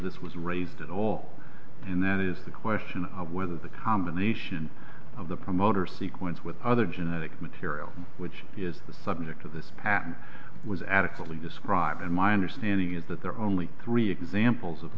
this was raised at all and that is the question whether the combination of the promoter sequence with other genetic material which is the subject of this patent was adequately described and my understanding is that there are only three examples of